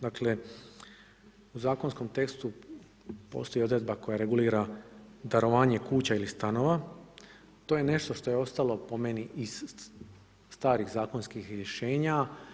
Dakle, u zakonskom tekstu postoji odredba koja regulira darovanje kuća ili stanova, to je nešto što je ostalo po meni iz starih zakonskih rješenja.